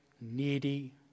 needy